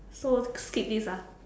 so skip this ah